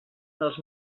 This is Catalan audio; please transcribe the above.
dels